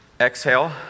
Exhale